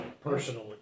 personally